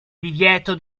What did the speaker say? divieto